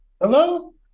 Hello